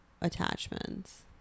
attachments